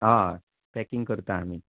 हय पॅकींग करता आमीत